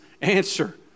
answer